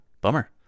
Bummer